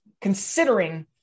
considering